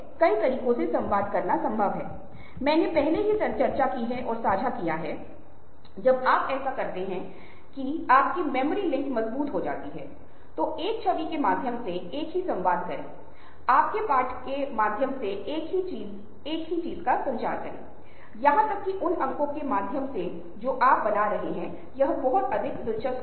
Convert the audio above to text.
क्योंकि वहां आपकी एक आभासी पहचान है आपकी पहचान वहां बनाई गई है इसे वहां पर प्रचारित किया गया है और इसे अंत में लाया जा सकता है या वहां इसे ख़राब या महिमामंडित किया जा सकता है विभिन्न चीजों के माध्यम से एक महत्वपूर्ण बात है जिसे हमने वायरलिटी और विभिन् प्रसार तकनीकों के प्रकार के माध्यम से बात की है